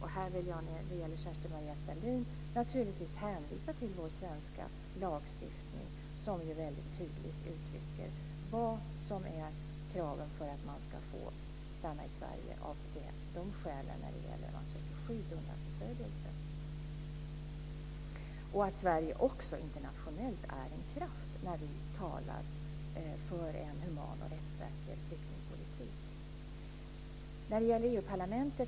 Här vill jag när det gäller Kerstin-Maria Stalin naturligtvis hänvisa till vår svenska lagstiftning, som ju väldigt tydligt uttrycker vilka kraven är för att man ska få stanna i Sverige när man söker skydd undan förföljelse. Sverige är också internationellt en kraft när vi talar för en human och rättssäker flyktingpolitik.